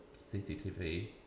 CCTV